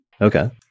Okay